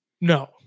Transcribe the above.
no